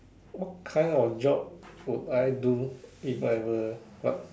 what kind of job would I do if I were what